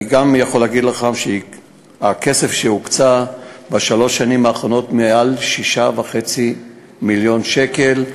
אני גם יכול להגיד שהוקצו בשלוש השנים האחרונות מעל 6.5 מיליון שקל.